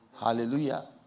Hallelujah